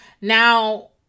Now